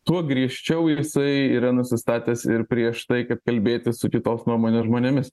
tuo griežčiau jisai yra nusistatęs ir prieš tai kad kalbėti su kitos nuomonės žmonėmis